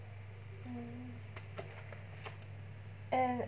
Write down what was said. mm and